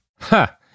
Ha